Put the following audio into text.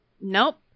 Nope